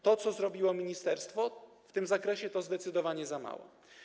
To, co zrobiło ministerstwo w tym zakresie, to zdecydowanie za mało.